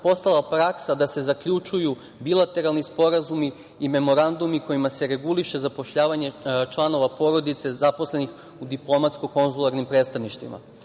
postala praksa da se zaključuju bilateralni sporazumi i memorandumi kojima se reguliše zapošljavanje članova porodice zaposlenih u diplomatsko-konzularnim predstavništvima. Ta